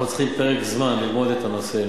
אנחנו צריכים פרק זמן ללמוד את הנושא,